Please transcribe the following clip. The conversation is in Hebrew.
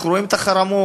אנחנו רואים את החרמות,